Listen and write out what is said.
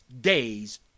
days